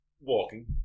walking